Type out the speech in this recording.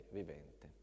vivente